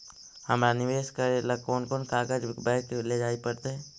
हमरा निवेश करे ल कोन कोन कागज बैक लेजाइ पड़तै?